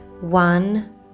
one